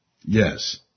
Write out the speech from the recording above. Yes